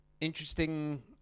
Interesting